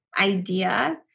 idea